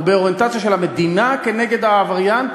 הוא באוריינטציה של המדינה כנגד העבריין,